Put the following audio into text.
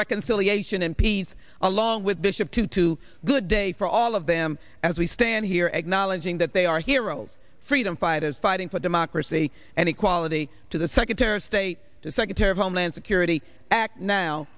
reconciliation and peace along with bishop tutu good day for all of them as we stand here acknowledging that they are heroes freedom fighters fighting for democracy and equality to the secretary of state the secretary of homeland security act now